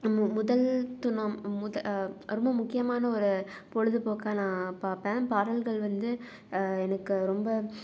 முதல் முதல் ரொம்ப முக்கியமான ஒரு பொழுது போக்காக நான் பார்ப்பேன் பாடல்கள் வந்து எனக்கு ரொம்ப